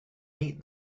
meet